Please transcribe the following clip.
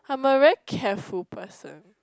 I'm a very careful person